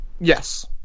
Yes